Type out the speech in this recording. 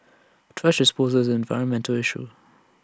thrash disposal is an environmental issue